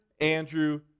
Andrew